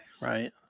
Right